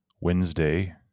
Wednesday